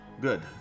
good